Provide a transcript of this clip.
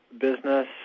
business